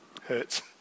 Hurts